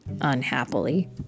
unhappily